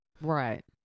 Right